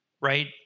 right